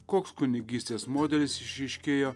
koks kunigystės modelis išryškėjo